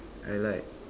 I like